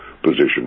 position